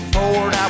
Ford